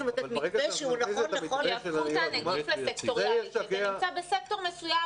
יהפכו את הנגיף לסקטוריאלי.